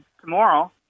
tomorrow